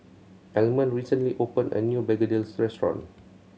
Almond recently opened a new begedil restaurant